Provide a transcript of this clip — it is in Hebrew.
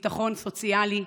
ביטחון סוציאלי,